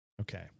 Okay